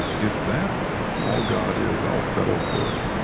if that's all god is, i'll settle for it.